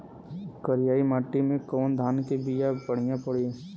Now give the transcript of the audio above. करियाई माटी मे कवन धान के बिया बढ़ियां पड़ी?